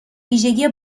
ویژگی